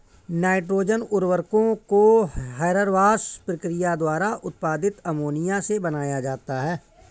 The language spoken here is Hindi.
नाइट्रोजन उर्वरकों को हेबरबॉश प्रक्रिया द्वारा उत्पादित अमोनिया से बनाया जाता है